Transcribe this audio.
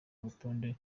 urutonde